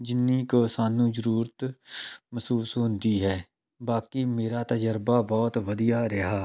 ਜਿੰਨੀ ਕੁ ਸਾਨੂੰ ਜ਼ਰੂਰਤ ਮਹਿਸੂਸ ਹੁੰਦੀ ਹੈ ਬਾਕੀ ਮੇਰਾ ਤਜਰਬਾ ਬਹੁਤ ਵਧੀਆ ਰਿਹਾ